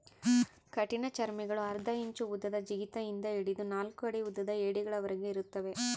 ಕಠಿಣಚರ್ಮಿಗುಳು ಅರ್ಧ ಇಂಚು ಉದ್ದದ ಜಿಗಿತ ಇಂದ ಹಿಡಿದು ನಾಲ್ಕು ಅಡಿ ಉದ್ದದ ಏಡಿಗಳವರೆಗೆ ಇರುತ್ತವೆ